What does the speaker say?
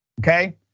okay